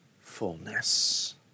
fullness